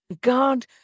God